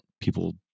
people